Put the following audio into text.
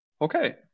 Okay